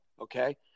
Okay